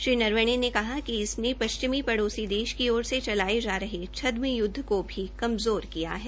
श्री नरवणे ने कहा कि इसने पश्चिमी पड़ोसी देश की ओर से चलाये जा रहे छदम य्दव को भी कमज़ोर किया है